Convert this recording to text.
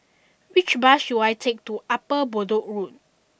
which bus should I take to Upper Bedok Road